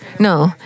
No